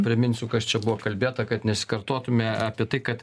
priminsiu kas čia buvo kalbėta kad nesikartotume apie tai kad